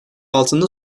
altında